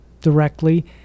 directly